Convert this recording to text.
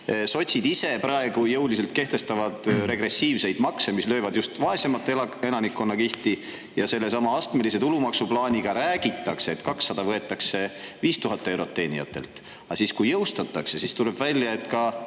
sotsid ise praegu jõuliselt kehtestavad regressiivseid makse, mis löövad just vaesemat elanikkonnakihti, ja sellesama astmelise tulumaksu plaaniga, räägitakse, võetakse 200 eurot 5000 eurot teenivatelt, aga siis, kui [see seadusena] jõustatakse, tuleb välja, et ka